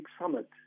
summit